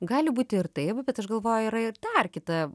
gali būti ir taip bet aš galvoju yra ir dar kita